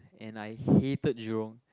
and I hated Jurong